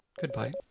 Goodbye